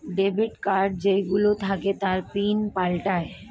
debit card যেই গুলো থাকে তার পিন পাল্টায়ে